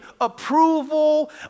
approval